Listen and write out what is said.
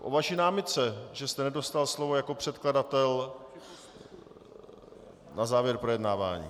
O vaší námitce, že jste nedostal slovo jako předkladatel na závěr projednávání.